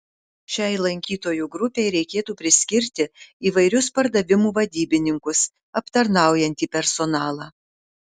šiai lankytojų grupei reikėtų priskirti įvairius pardavimų vadybininkus aptarnaujantį personalą